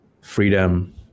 freedom